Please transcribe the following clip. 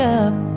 up